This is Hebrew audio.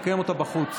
לקיים אותה בחוץ.